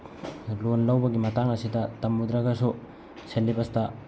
ꯂꯣꯟ ꯂꯧꯕꯒꯤ ꯃꯇꯥꯡ ꯑꯁꯤꯗ ꯇꯝꯃꯨꯗꯔꯒꯁꯨ ꯁꯦꯂꯦꯕꯁꯇ